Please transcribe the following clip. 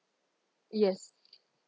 yes